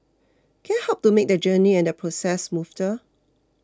can I help make that journey and that process